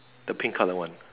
the pink color one